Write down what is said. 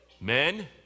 men